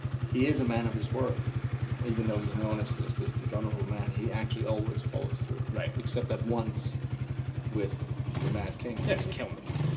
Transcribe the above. he is a man of his word even though he's known as this this dishonorable man. he actually always follows through, except that once with the mad king. yeah, just killing the king.